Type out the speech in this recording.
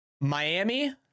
Miami